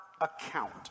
account